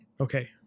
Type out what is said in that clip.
Okay